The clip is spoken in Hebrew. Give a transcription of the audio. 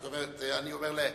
זאת אומרת, אני אומר לעצמנו,